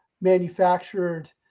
manufactured